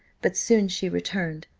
but soon she returned,